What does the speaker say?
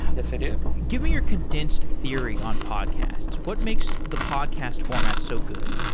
yes, i do. give me your condensed theory on podcasts. what makes the podcast format so good?